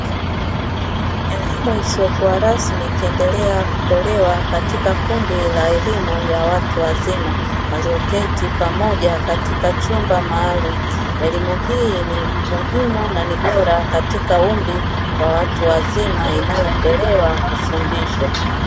Elimu isiyokuwa rasmi ikiendelea kutolewa katika kundi la elimu ya watu wazima walioketi pamoja katika chumba maalumu, elimu hii muhimu na ni bora katika umri wa watu wazima inayoendelea kufundishwa.